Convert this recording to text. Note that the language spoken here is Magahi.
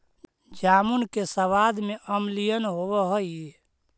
जामुन के सबाद में अम्लीयन होब हई